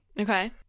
Okay